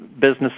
business